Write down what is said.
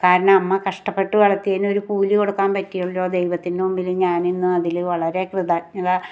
കാരണം അമ്മ കഷ്ടപ്പെട്ട് വളർത്തിയതിന് ഒരു കൂലി കൊടുക്കാൻ പറ്റിയല്ലോ ദൈവത്തിൻറ്റെ മുമ്പിൽ ഞാൻ ഇന്ന് അതിൽ വളരെ കൃതജ്ഞത